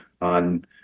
on